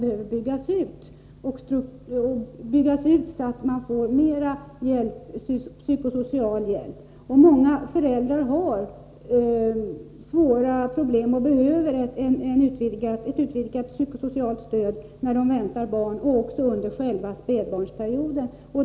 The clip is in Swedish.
Denna verksamhet behöver byggas ut, så att man får mer psykosocial hjälp. Många föräldrar har svåra problem och behöver ett utvidgat psykosocialt stöd när de väntar barn och även under själva spädbarnsperioden.